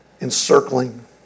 encircling